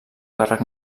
càrrec